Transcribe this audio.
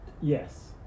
Yes